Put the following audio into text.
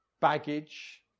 baggage